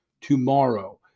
tomorrow